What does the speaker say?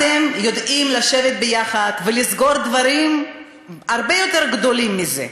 אתם יודעים לשבת ביחד ולסגור דברים הרבה יותר גדולים מזה.